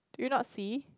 did you not see